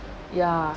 ya